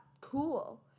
cool